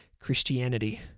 Christianity